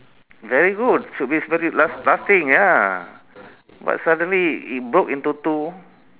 very good should be very last~ lasting ya but suddenly it broke into two